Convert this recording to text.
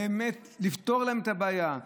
באמת לפתור להם את הבעיה.